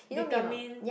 determine